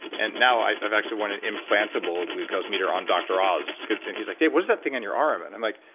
and now i've actually worn an implantable glucose meter on dr. oz, and he's like, dave, what is that think on your arm? and i'm like,